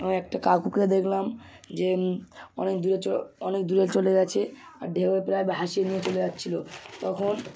ও একটা কাকুকে দেখলাম যে অনেক দূরে চ অনেক দূরে চলে গেছে আর ঢেউয়ে প্রায় ভাসিয়ে নিয়ে চলে যাচ্ছিলো তখন